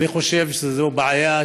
אני חושב שזוהי בעיה,